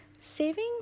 Saving